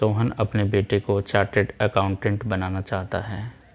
सोहन अपने बेटे को चार्टेट अकाउंटेंट बनाना चाहता है